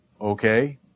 Okay